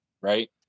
right